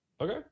Okay